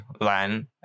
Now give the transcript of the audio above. land